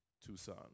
Tucson